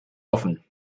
offen